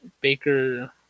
Baker